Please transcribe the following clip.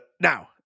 now